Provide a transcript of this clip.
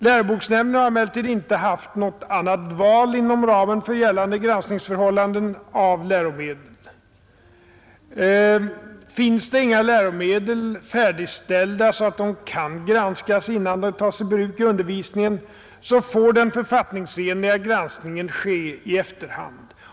Läroboksnämnden har emellertid inte haft något annat val inom ramen för gällande granskningsförhållanden beträffande läromedel. Finns det inga läromedel färdigställda, så att de kan granskas innan de tas i bruk i undervisningen, får den författningsenliga granskningen ske i efterhand.